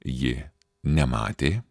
ji nematė